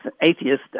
atheist